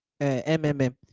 mmm